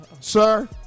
Sir